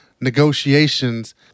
negotiations